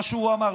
מה שהוא אמר.